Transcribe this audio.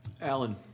Alan